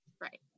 right